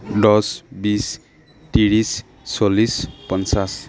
দহ বিছ ত্ৰিছ চল্লিছ পঞ্চাছ